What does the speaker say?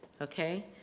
Okay